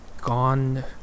gone